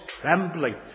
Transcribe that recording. trembling